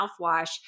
mouthwash